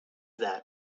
that